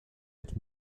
mit